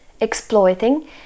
Exploiting